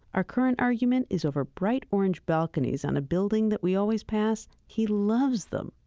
our current argument is over bright orange balconies on a building that we always pass. he loves them.